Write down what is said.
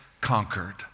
conquered